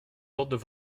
ordres